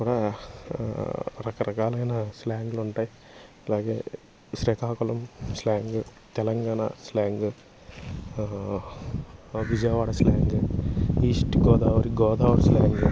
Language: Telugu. కూడా రకరకాలైన స్లాంగలు ఉంటాయి అలాగే Srikakulam slang Telangana slang Vijayawada slang east Godavari Godavari slang